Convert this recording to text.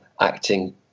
acting